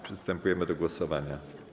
Przystępujemy do głosowania.